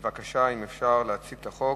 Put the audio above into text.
בבקשה, אפשר להציג את החוק.